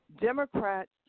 Democrats